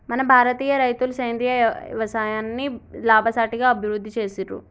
మన భారతీయ రైతులు సేంద్రీయ యవసాయాన్ని లాభసాటిగా అభివృద్ధి చేసిర్రు